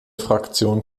fraktion